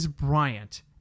Bryant